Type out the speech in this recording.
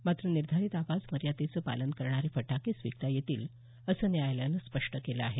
मात्र निर्धारित आवाज मर्यादेचं पालन करणारे फटाकेच विकता येतील असं न्यायालयानं स्पष्ट केलं आहे